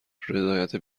رضایت